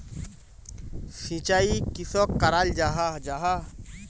सिंचाई किसोक कराल जाहा जाहा?